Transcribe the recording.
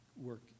work